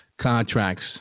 contracts